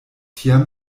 tiam